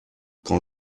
quand